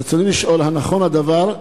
רצוני לשאול: 1. האם נכון הדבר?